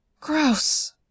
Gross